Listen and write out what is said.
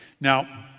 Now